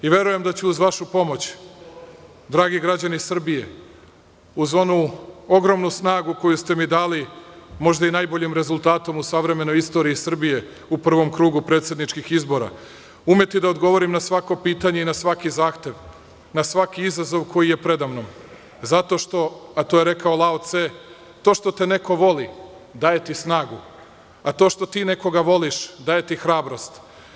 Verujem da ću uz vašu pomoć, dragi građani Srbije, uz onu ogromnu snagu koju ste mi dali možda i najboljim rezultatom u savremenoj istoriji Srbije, u prvom krugu predsedničkih izbora, umeti da odgovorim na svako pitanje i na svaki zahtev, na svaki izazov koji je preda mnom, zato što, a to je rekao Lao Ce, to što te neko voli daje ti snagu, a to što ti nekoga voliš daje ti hrabrost.